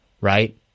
right